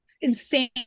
insane